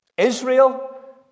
Israel